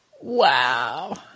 Wow